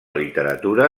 literatura